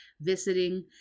visiting